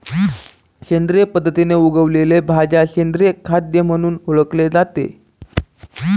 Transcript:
सेंद्रिय पद्धतीने उगवलेल्या भाज्या सेंद्रिय खाद्य म्हणून ओळखले जाते